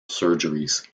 surgeries